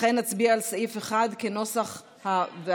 לכן נצביע על סעיף 1, כנוסח הוועדה.